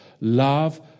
Love